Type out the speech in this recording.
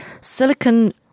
silicon